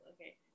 Okay